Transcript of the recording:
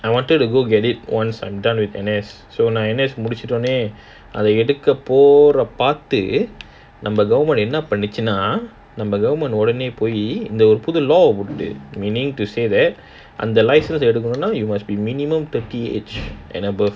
I wanted to go get it once I'm done with N_S so நான்:naan N_S முடிசிட்ட உடனே அது எடுக்க போறத பார்த்து நம்ம:mudichitta udanae adhu edukka poratha paarthu namma they will pull the law போட்டுட்டு:potuttu meaning to say that அந்த:andha license எடுக்கணும்னா:edukkanumnaa you must be minimum thirty age and above